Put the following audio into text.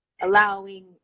allowing